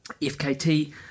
FKT